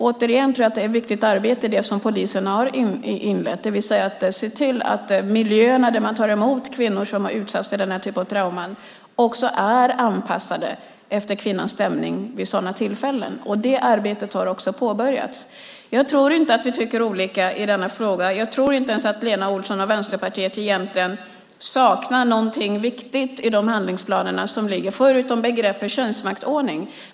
Jag tror att det arbete som polisen har inlett är viktigt. De ska se till att miljöerna där man tar emot kvinnor som har utsatts för denna typ av trauman är anpassade efter kvinnans stämning vid sådana tillfällen. Det arbetet har också påbörjats. Jag tror inte att vi tycker olika i denna fråga. Jag tror inte ens att Lena Olsson och Vänsterpartiet egentligen saknar någonting viktigt i de handlingsplaner som finns förutom begreppet könsmaktsordning.